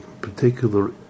particular